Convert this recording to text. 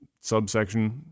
subsection